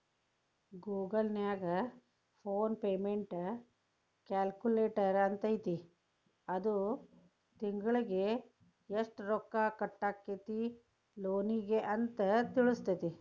Google ನ್ಯಾಗ loan payment calculator ಅಂತೈತಿ ಅದು ತಿಂಗ್ಳಿಗೆ ಯೆಷ್ಟ್ ರೊಕ್ಕಾ ಕಟ್ಟಾಕ್ಕೇತಿ ಲೋನಿಗೆ ಅಂತ್ ತಿಳ್ಸ್ತೆತಿ